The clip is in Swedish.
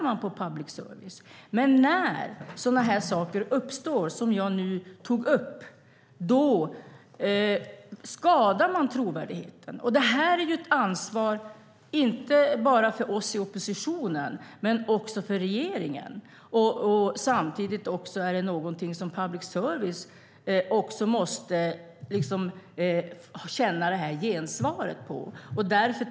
Men när sådana saker uppstår som jag nu tog upp skadas trovärdigheten. Det här är ett ansvar inte bara för oss i oppositionen utan också för regeringen. Samtidigt är det något som public service måste känna ett gensvar för.